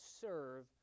serve